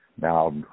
Now